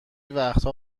وقتها